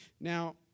Now